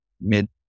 mid